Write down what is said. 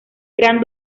gran